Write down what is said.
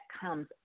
comes